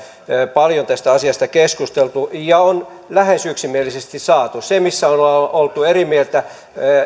paljon tästä asiasta keskusteltu ja on lähes yksimieliseksi saatu se missä on oltu eri mieltä on että